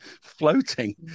floating